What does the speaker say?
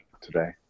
today